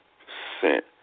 percent